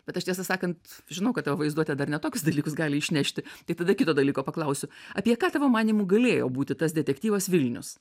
bet aš tiesą sakant žinau kad tavo vaizduotė dar ne tokius dalykus gali išnešti tai tada kito dalyko paklausiu apie ką tavo manymu galėjo būti tas detektyvas vilnius